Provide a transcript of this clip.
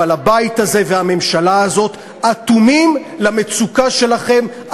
אבל הבית הזה והממשלה הזאת אטומים למצוקה שלכם,